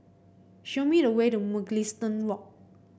show me the way to Mugliston Walk